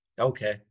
Okay